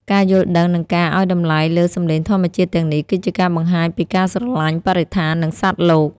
ការយល់ដឹង និងការឱ្យតម្លៃលើសំឡេងធម្មជាតិទាំងនេះ គឺជាការបង្ហាញពីការស្រឡាញ់បរិស្ថាន និងសត្វលោក។